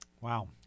Wow